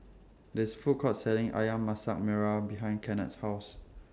There IS A Food Court Selling Ayam Masak Merah behind Kennard's House